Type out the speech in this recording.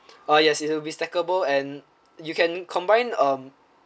uh yes it'll be stackable and you can combine um